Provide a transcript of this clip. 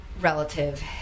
relative